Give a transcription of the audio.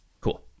Cool